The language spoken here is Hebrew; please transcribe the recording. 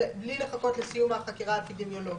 בלי לחכות לסיום החקירה האפידמיולוגית.